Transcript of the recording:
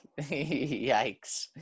Yikes